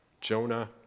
Jonah